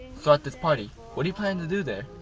so at this party, what are you planning to do there?